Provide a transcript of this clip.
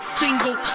single